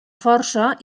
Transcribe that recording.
força